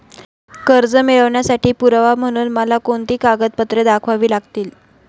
कर्ज मिळवण्यासाठी पुरावा म्हणून मला कोणती कागदपत्रे दाखवावी लागतील?